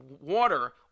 water